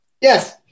Yes